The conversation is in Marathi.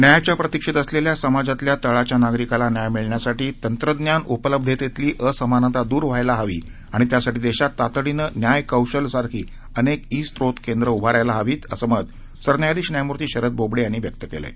न्यायाच्या प्रतीक्षेत असलेल्या समाजातल्या तळाच्या नागरिकाला न्याय मिळण्यासाठी तंत्रज्ञान उपलब्धतेतली असमानता दूर व्हायला हवी आणि त्यासाठी देशात तातडीनं न्याय कौशल सारखी अनेक ई स्रोत केंद्र उभारायला हवीत असं मत सरन्यायाधीश न्यायमूर्ती शरद बोबडे यांनी व्यक्त केलं आहे